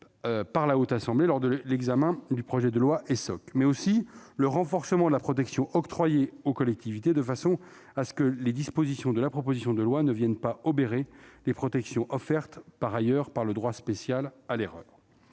la Haute Assemblée lors de l'examen du projet de loi Essoc, mais aussi le renforcement de la protection octroyée aux collectivités, de sorte que les dispositions de la proposition de loi ne viennent pas obérer les protections offertes, par ailleurs, par le droit spécial à l'erreur.